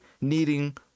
needing